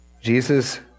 Jesus